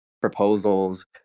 proposals